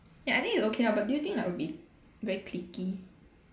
ya I think it's okay now but do you think like we'll be very clique-y